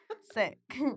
Sick